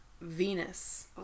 Venus